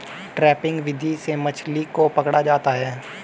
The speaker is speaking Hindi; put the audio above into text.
ट्रैपिंग विधि से मछली को पकड़ा होता है